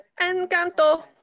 Encanto